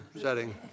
setting